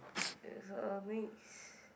uh so next